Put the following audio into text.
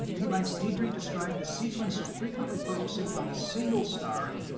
he writes, deidre described a sequence of frequently focusing on a single star,